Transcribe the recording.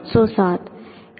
03 આવે છે